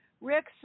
Rick